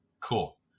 cool